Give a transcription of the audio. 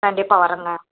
கண்டிப்பாக வரேங்க